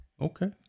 Okay